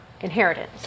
inheritance